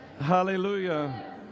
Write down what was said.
Hallelujah